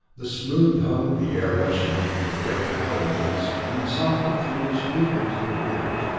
the smooth hum of the air rushing over the great power units coming softly through the speaker to their ears,